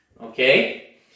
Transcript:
Okay